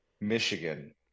Michigan